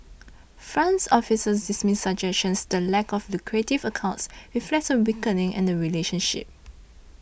France officers dismiss suggestions the lack of lucrative accords reflects a weakening in the relationship